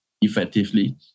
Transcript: effectively